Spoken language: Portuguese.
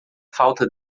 falta